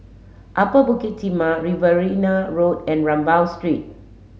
Upper Bukit Timah Riverina Road and Rambau Street